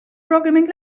programming